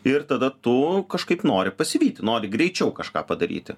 ir tada tu kažkaip nori pasivyti nori greičiau kažką padaryti